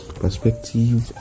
perspective